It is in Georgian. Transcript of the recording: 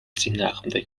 წინააღმდეგ